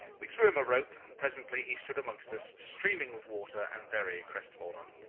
we threw him a rope, and presently he stood amongst us streaming with water and very crestfallen.